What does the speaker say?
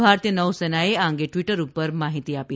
ભારતીય નૌસેનાએ આ અંગે ટ્વિટર પર આ માહિતી આપી